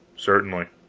certainly.